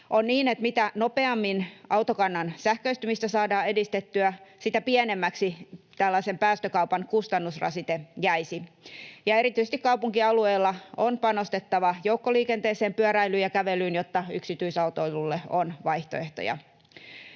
On niin, että mitä nopeammin autokannan sähköistymistä saadaan edistettyä, sitä pienemmäksi tällaisen päästökaupan kustannusrasite jäisi. Ja erityisesti kaupunkialueella on panostettava joukkoliikenteeseen, pyöräilyyn ja kävelyyn, jotta yksityisautoilulle on vaihtoehtoja.